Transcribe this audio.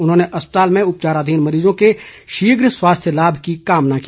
उन्होंने अस्पताल में उपचाराधीन मरीजों के शीघ्र स्वास्थ्य लाभ की कामना भी की